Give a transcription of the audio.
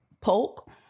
Polk